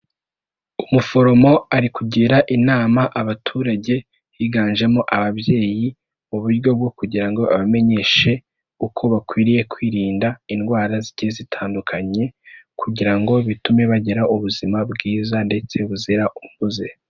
Umuforomo ari kugira inama abaturage higanjemo ababyeyi, mu buryo bwo kugira ngo abamenyeshe uko bakwiriye kwirinda indwara zigiye zitandukanye kugira ngo bitume bagira ubuzima bwiza ndetse buzira umuze.